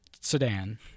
sedan